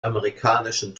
amerikanischen